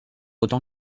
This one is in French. autant